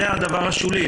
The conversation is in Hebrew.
זה הדבר השולי.